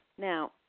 Now